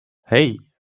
hey